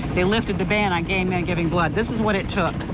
they lifted the ban on gay men giving blood. this is what it took.